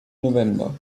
november